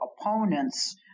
opponents